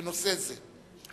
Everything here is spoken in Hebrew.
בנושא זה.